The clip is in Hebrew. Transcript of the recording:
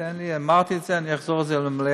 תן לי, אמרתי את זה, אני אחזור על זה למליאה.